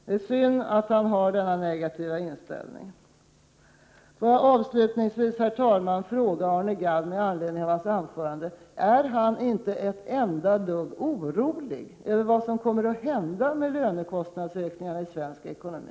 Det är synd att Arne Gadd har denna negativa inställning. Avslutningsvis vill jag, herr talman, fråga Arne Gadd med anledning av hans anförande: Är han inte ett enda dugg orolig över vad som kommer att hända med lönekostnadsökningarna i svensk ekonomi?